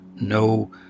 no